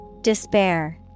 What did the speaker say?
Despair